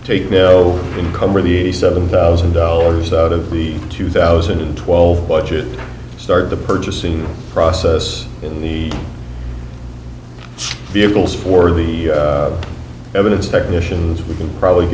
take no income or the seven thousand dollars out of the two thousand and twelve budget started the purchasing process in the vehicles for the evidence technicians we can probably